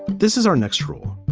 this is our next rule.